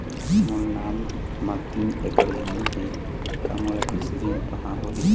मोर नाम म तीन एकड़ जमीन ही का मोला कृषि ऋण पाहां होही?